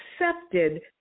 accepted